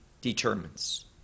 determines